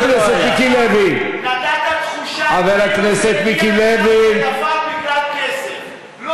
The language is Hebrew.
נתת תחושה כאילו ונפל בגלל כסף.